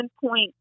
point